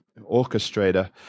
orchestrator